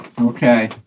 Okay